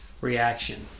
reaction